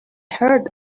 heard